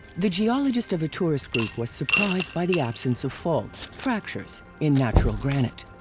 the geologist of a tourist group was surprised by the absence of faults, fractures in natural granite.